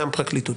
גם פרקליטות.